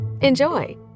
Enjoy